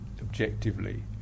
objectively